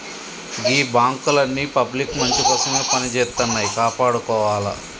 గీ బాంకులన్నీ పబ్లిక్ మంచికోసమే పనిజేత్తన్నయ్, కాపాడుకోవాల